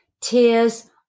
Tears